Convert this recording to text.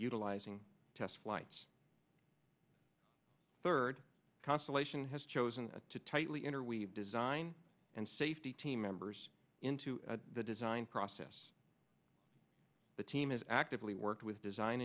utilizing test flights third constellation has chosen to tightly interweave design and safety team members into the design process the team is actively worked with design